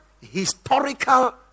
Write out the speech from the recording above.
historical